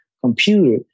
computer